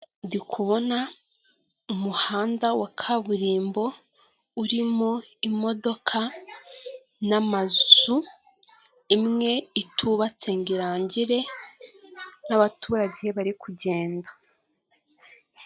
Ndikubona umuhanda wa kaburimbo urimo imodoka n'amazu imwe itubatse ngo irangire n'abaturage bari kugenda.